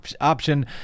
option